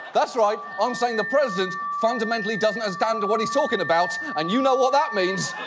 that's right. i'm saying the president fundamentally doesn't understand what he's talking about, and you know what that means.